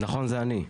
נכון, זה אני.